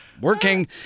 working